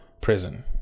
Prison